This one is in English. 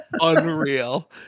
unreal